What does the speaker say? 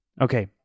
Okay